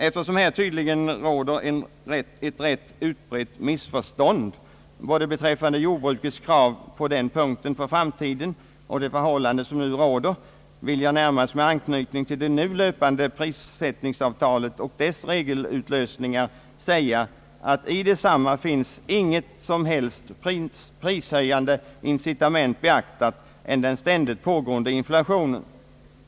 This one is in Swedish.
Eftersom det tydligen råder ett rätt utbrett missförstånd beträffande jordbrukets krav på den punkten för framtiden och även med hänsyn till nu rådande förhållanden vill jag säga, närmast med anknytning till det nu löpande prissättningsavtalet och dess regelutlösningar, att i detsamma finns inget annat prishöjafide incitament beaktat än den ständigt pågående inflationen.